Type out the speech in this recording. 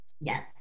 Yes